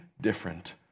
different